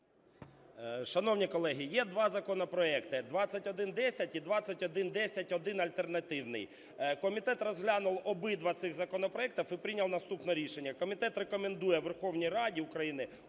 Шановні колеги, є два законопроекти: 2110 і 2110-1 (альтернативний). Комітет розглянув обидва ці законопроекти і прийняв наступне рішення: комітет рекомендує Верховній Раді України